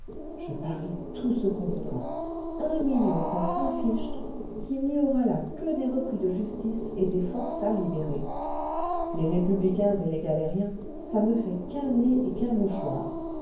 je parie tout ce qu'on voudra un million contre un fichtre qu'il n'y aura là que des repris de justice et des forçats libérés les républicains et les galériens ça ne fait qu'un nez et qu'un mouchoir